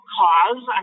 cause